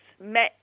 met